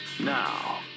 Now